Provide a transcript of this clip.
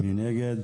מי נגד?